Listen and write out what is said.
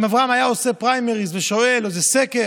אם אברהם היה עושה פריימריז, או עושה סקר,